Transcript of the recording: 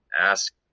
ask